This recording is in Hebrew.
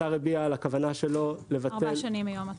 השר הביע את הכוונה שלו לבטל -- ארבע שנים מיום התחילה.